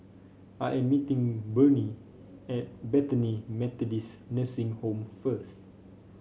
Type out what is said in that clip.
I'm meeting Burney at Bethany Methodist Nursing Home first